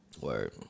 Word